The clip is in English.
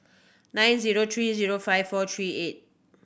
nine zero three zero five four three eight